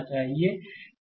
slide समय देखें 2527